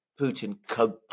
Putin